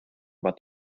about